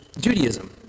Judaism